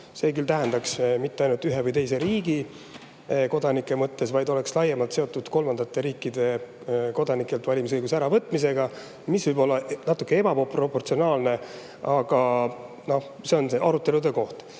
See tähendaks mitte ainult ühe või teise riigi kodanikelt, vaid laiemalt kolmandate riikide kodanikelt valimisõiguse äravõtmist, mis võib olla natuke ebaproportsionaalne. Aga noh, see on arutelude koht.